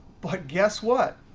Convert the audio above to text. but guess what?